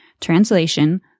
translation